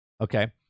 Okay